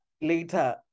Later